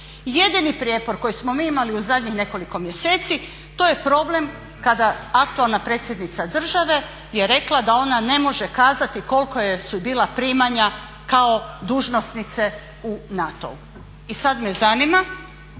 Jedini prijepor koji smo mi imali u zadnjih nekoliko mjeseci to je problem kada aktualna predsjednica države je rekla da ona ne može kazati kolika su joj bila primanja kao dužnosnice u NATO-u. I sad me zanima